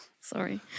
Sorry